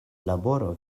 laboro